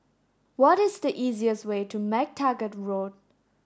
what is the easiest way to MacTaggart Road